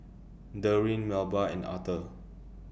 Derwin Melba and Authur